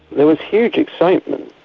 there was huge excitement.